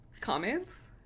comments